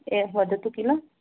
ए वदतु किल